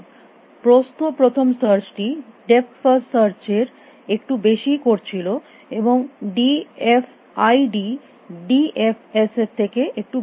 প্রস্থ প্রথম সার্চটি ডেপথ ফার্স্ট সার্চ এর একটু বেশীই করছিল এবং D F I D D F S এর থেকে একটু বেশী করছিল